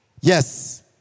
Yes